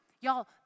y'all